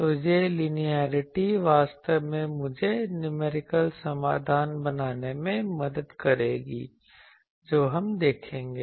तो यह लिनियेरिटी वास्तव में मुझे न्यूमेरिकल समाधान बनाने में मदद करेगी जो हम देखेंगे